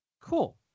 Cool